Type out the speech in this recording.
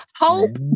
Hope